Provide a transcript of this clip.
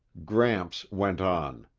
gramps went on.